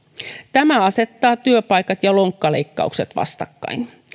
tämä asettaa työpaikat ja lonkkaleikkaukset vastakkain